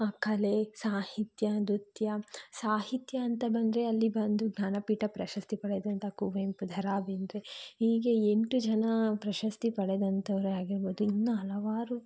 ಕಲೆ ಸಾಹಿತ್ಯ ನೃತ್ಯ ಸಾಹಿತ್ಯ ಅಂತ ಬಂದರೆ ಅಲ್ಲಿ ಬಂದು ಜ್ಞಾನಪೀಠ ಪ್ರಶಸ್ತಿ ಪಡೆದಂಥ ಕುವೆಂಪು ದ ರಾ ಬೇಂದ್ರೆ ಹೀಗೆ ಎಂಟು ಜನ ಪ್ರಶಸ್ತಿ ಪಡೆದಂಥವರೇ ಆಗಿರ್ಬೌದು ಇನ್ನೂ ಹಲವಾರು